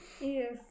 Yes